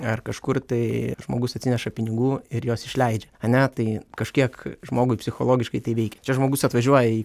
ar kažkur tai žmogus atsineša pinigų ir juos išleidžia ane tai kažkiek žmogui psichologiškai tai veikia čia žmogus atvažiuoja į